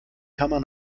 kammer